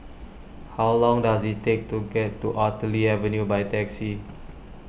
how long does it take to get to Artillery Avenue by taxi